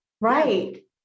Right